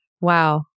Wow